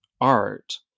art